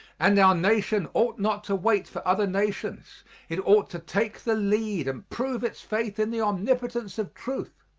and our nation ought not to wait for other nations it ought to take the lead and prove its faith in the omnipotence of truth.